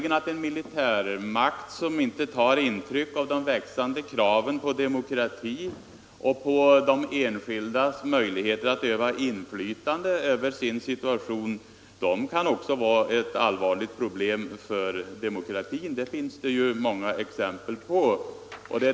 En militärmakt, som inte tar intryck av de växande kraven på demokrati och på den enskildes möjligheter att öva inflytande över sin situation, kan vara ett allvarligt problerm för demokratin. Det finns det ju många exempel på.